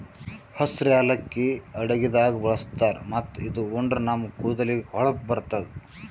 ಹಸ್ರ್ ಯಾಲಕ್ಕಿ ಅಡಗಿದಾಗ್ ಬಳಸ್ತಾರ್ ಮತ್ತ್ ಇದು ಉಂಡ್ರ ನಮ್ ಕೂದಲಿಗ್ ಹೊಳಪ್ ಬರ್ತದ್